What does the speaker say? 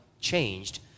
changed